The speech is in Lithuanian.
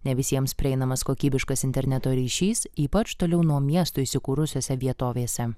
ne visiems prieinamas kokybiškas interneto ryšys ypač toliau nuo miestų įsikūrusiose vietovėse